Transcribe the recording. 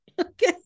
okay